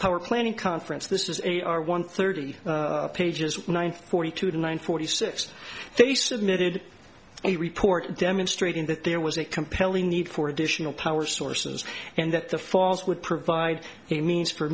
power planning conference this is a r one thirty pages one thirty two nine forty six they submitted a report demonstrating that there was a compelling need for additional power sources and that the falls would provide a means for